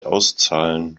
auszahlen